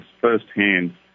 firsthand